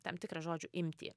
tam tikrą žodžių imtį